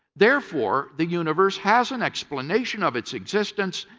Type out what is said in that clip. therefore, the universe has an explanation of its existence.